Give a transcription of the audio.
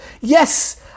yes